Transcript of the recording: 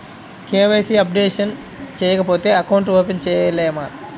KYC updation చేయకపోతే account open చేయలేమా?